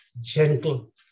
gentle